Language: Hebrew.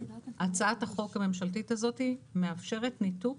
הצעת החוק הממשלתית הזאת מאפשרת ניתוק